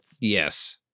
Yes